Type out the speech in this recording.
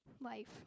life